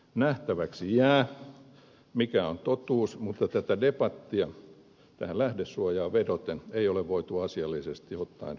nähtäväksi jää mikä on totuus mutta tätä debattia tähän lähdesuojaan vedoten ei ole voitu asiallisesti ottaen käydä lainkaan